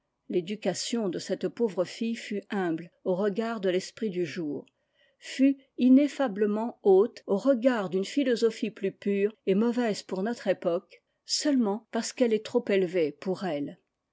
l'éducation de cette pauvre fille fut humble au regard de l'esprit du jour fut ineffablement haute au regard d'une philosophie plus pure et mauvaise pour notre époque seulement parce qu'elle est trop élevée pour elle